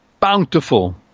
bountiful